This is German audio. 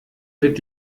wird